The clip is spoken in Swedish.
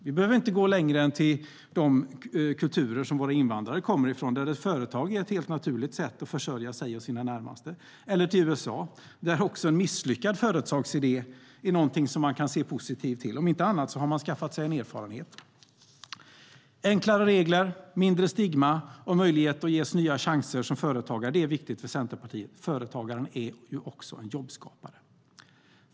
Vi behöver inte gå längre än till de kulturer som våra invandrare kommer ifrån, där ett företag är ett helt naturligt sätt att försörja sig och sina närmaste. I USA kan även en misslyckad företagsidé vara någonting som man kan se positivt på: Om inte annat har man skaffat sig en erfarenhet! Enklare regler, mindre stigma och möjlighet till en ny chans som företagare är sådant som är viktigt för Centerpartiet. Företagaren är ju också en jobbskapare.